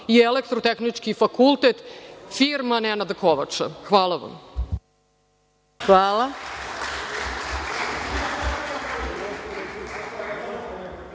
i Elektrotehnički fakultet firma Nenada Kovača. Hvala. **Maja